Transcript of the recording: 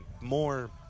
more